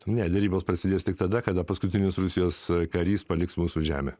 ne derybos prasidės tik tada kada paskutinis rusijos karys paliks mūsų žemę